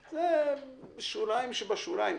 זה שוליים שבשוליים.